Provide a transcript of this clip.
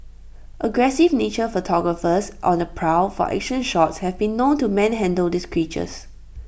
aggressive nature photographers on the prowl for action shots have been known to manhandle these creatures